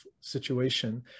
situation